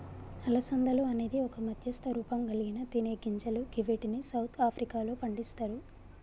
అలసందలు అనేది ఒక మధ్యస్థ రూపంకల్గిన తినేగింజలు గివ్విటిని సౌత్ ఆఫ్రికాలో పండిస్తరు